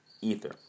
Ether